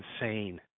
insane